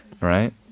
Right